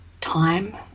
time